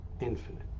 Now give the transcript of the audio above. infinite